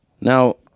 Now